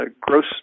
gross